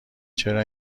چرا